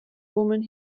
woman